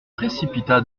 précipita